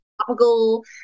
topical